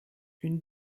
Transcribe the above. une